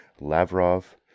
Lavrov